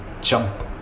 jump